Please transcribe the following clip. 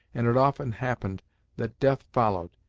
and it often happened that death followed,